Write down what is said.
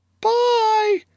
Bye